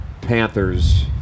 Panthers